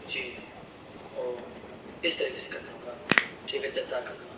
جی اوہ اس طریقے سے کرنا ہوگا ٹھیک ہے جزاک اللہ